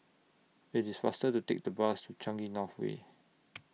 IT IS faster to Take The Bus to Changi North Way